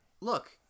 look